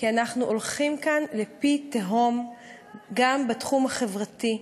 כי אנחנו הולכים כאן על פי תהום גם בתחום החברתי.